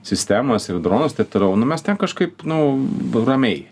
sistemas ir dronus taip toliau nu mes ten kažkaip nu ramiai